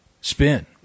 spin